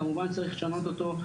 אבל כמובן שצריך לשנות אותו,